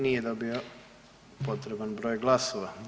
Nije dobio potreban broj glasova.